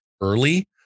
early